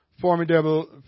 formidable